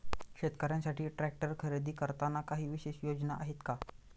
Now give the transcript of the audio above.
शेतकऱ्यांसाठी ट्रॅक्टर खरेदी करताना काही विशेष योजना आहेत का?